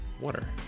water